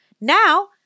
Now